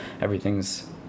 Everything's